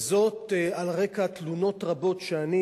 וזאת על רקע תלונות רבות שאני,